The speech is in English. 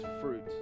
fruit